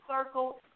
circle